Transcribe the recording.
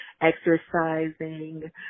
exercising